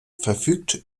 verfügt